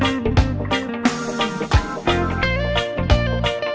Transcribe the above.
and then